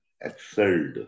excelled